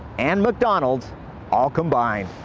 and mcdonald's all combined.